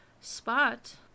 spot